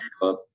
club